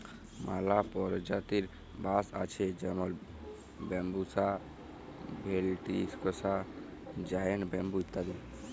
ম্যালা পরজাতির বাঁশ আছে যেমল ব্যাম্বুসা ভেলটিরিকসা, জায়েল্ট ব্যাম্বু ইত্যাদি